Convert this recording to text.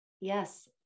Yes